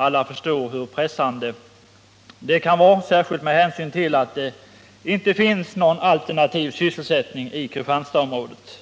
Alla förstår hur pressande det kan vara, särskilt med hänsyn till att det inte finns någon alternativ sysselsättning i Kristianstadsområdet.